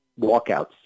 walkouts